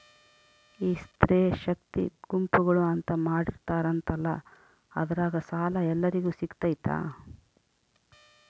ಈ ಸ್ತ್ರೇ ಶಕ್ತಿ ಗುಂಪುಗಳು ಅಂತ ಮಾಡಿರ್ತಾರಂತಲ ಅದ್ರಾಗ ಸಾಲ ಎಲ್ಲರಿಗೂ ಸಿಗತೈತಾ?